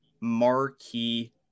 marquee